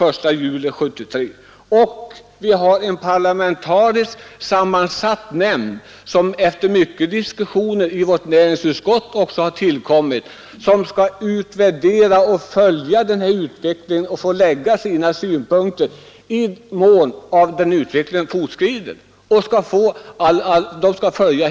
Efter många diskussioner i näringsutskottet har också en parlamentariskt sammansatt nämnd inrättats. Den skall göra en utvärdering och följa utvecklingen samt anlägga synpunkter allteftersom utvecklingen fortskrider.